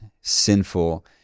sinful